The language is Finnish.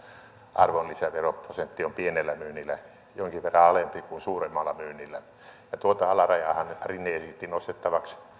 arvonlisäveroprosentti on pienellä myynnillä jonkin verran alempi kuin suuremmalla myynnillä tuota alarajaahan nyt rinne esitti nostettavaksi